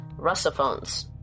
Russophones